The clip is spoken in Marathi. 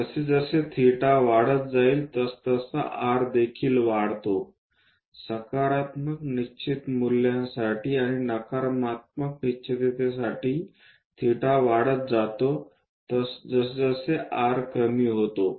जसजसे थिटा वाढत जाईल तसतसे r देखील वाढते सकारात्मक निश्चित मूल्यासाठी आणि नकारात्मक निश्चिततेसाठी थिटा वाढत जातो तसतसे r कमी होतो